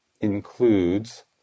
includes